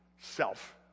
self